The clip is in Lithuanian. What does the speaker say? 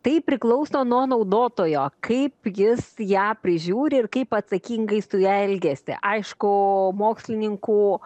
tai priklauso nuo naudotojo kaip jis ją prižiūri ir kaip atsakingai su ja elgiasi aišku mokslininkų